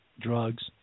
drugs